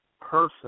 person